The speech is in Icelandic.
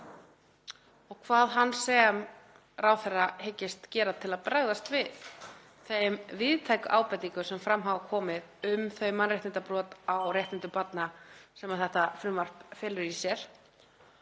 og hvað hann sem ráðherra hyggist gera til að bregðast við þeim víðtæku ábendingum sem fram hafa komið um þau mannréttindabrot á réttindum barna sem þetta frumvarp felur í sér.